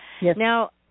Now